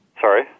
Sorry